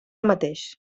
mateix